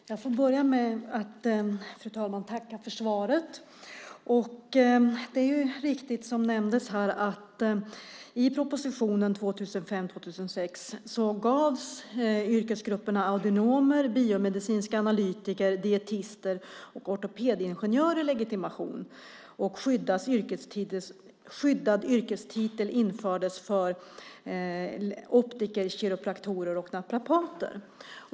Fru talman! Jag vill börja med att tacka ministern för svaret. Det som nämndes här är riktigt, nämligen att i propositionen 2005/06 gavs yrkesgrupperna audionomer, biomedicinska analytiker, dietister och ortopedingenjörer legitimation. Skyddad yrkestitel infördes för optiker, kiropraktorer och naprapater.